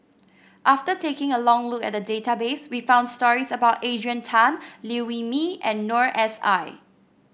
after taking a long look at database we found stories about Adrian Tan Liew Wee Mee and Noor S I